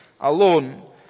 alone